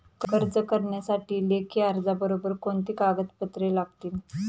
कर्ज करण्यासाठी लेखी अर्जाबरोबर कोणती कागदपत्रे लागतील?